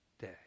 day